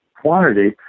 quantity